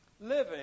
Living